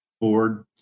board